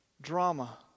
drama